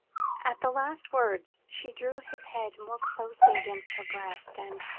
at the last words, she drew his head more closely against her breast, and,